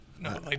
no